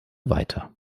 weiter